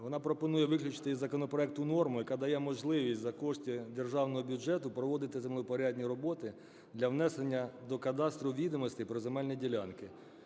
вона пропонує виключити із законопроекту норму, яка дає можливість за кошти державного бюджету проводити землевпорядні роботи для внесення до кадастру відомостей про земельні ділянки,